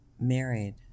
married